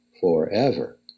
forever